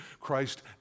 Christ